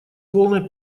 полной